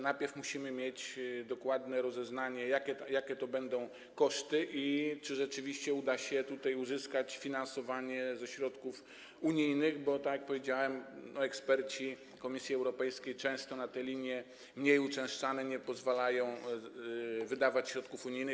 Najpierw musimy mieć dokładne rozeznanie, jakie to będą koszty i czy rzeczywiście uda się tutaj uzyskać finansowanie ze środków unijnych, bo tak jak powiedziałem, eksperci Komisji Europejskiej często na te linie mniej uczęszczane nie pozwalają wydawać środków unijnych.